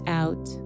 out